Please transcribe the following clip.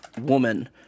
woman